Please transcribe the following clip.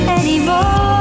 anymore